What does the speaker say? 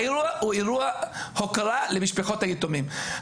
האירוע הוא אירוע הוקרה למשפחות היתומים.